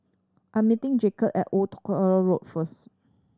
I'm meeting Jacoby at Old Tuck Road first